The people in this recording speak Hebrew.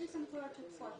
הסעיף הזה בא לומר